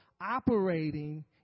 operating